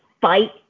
fight